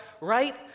right